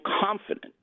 confident